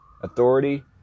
authority